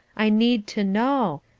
i need to know.